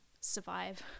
survive